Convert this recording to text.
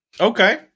Okay